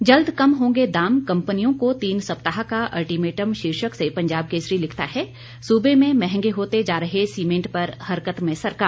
जल्द कम होंगे दाम कंपनियों को तीन सप्ताह का अल्टीमेटम शीर्षक से पंजाब केसरी लिखता है सूबे में महंगे होते जा रहे सीमेंट पर हरकत में सरकार